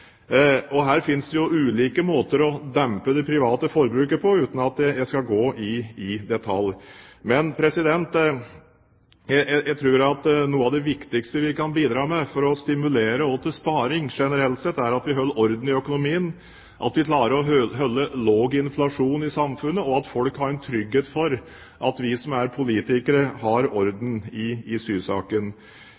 ha. Her finnes det jo ulike måter å dempe det private forbruket på uten at jeg skal gå i detalj. Jeg tror at noe av det viktigste vi kan bidra med for å stimulere til sparing generelt sett, er at vi holder orden i økonomien, at vi klarer å holde lav inflasjon i samfunnet, og at folk har en trygghet for at vi som er politikere, har